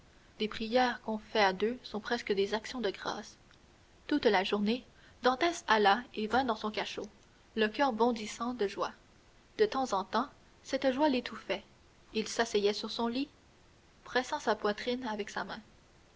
des prières qu'on fait à deux sont presque des actions de grâces toute la journée dantès alla et vint dans son cachot le coeur bondissant de joie de temps en temps cette joie l'étouffait il s'asseyait sur son lit pressant sa poitrine avec sa main